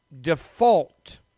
default